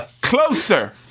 Closer